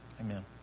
Amen